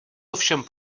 ovšem